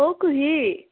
অঁ কুঁহি